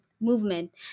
movement